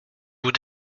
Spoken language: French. vous